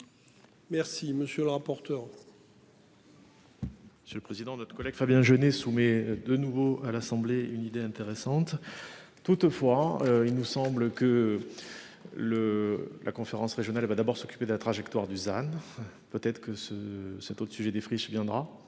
Merci monsieur le rapporteur. Monsieur le président, notre collègue Fabien sous mais de nouveau à l'Assemblée une idée intéressante. Toutefois, il nous semble que. Le la conférence régionale va d'abord s'occuper de la trajectoire Dusan. Peut-être que ce cet autre sujet des friches viendra